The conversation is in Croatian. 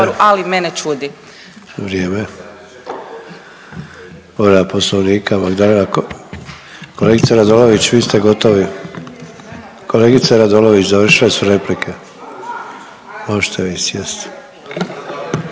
Ante (HDZ)** Povreda Poslovnika Magdalena … Kolegice Radolović vi ste gotovi. Kolegice Radolović završile su replike. Možete vi sjesti.